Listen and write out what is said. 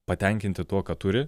patenkinti tuo ką turi